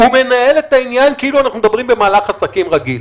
הוא מנהל את העניין כאילו אנחנו מדברים במהלך עסקים רגיל.